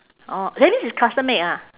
orh that means it's custom-made ah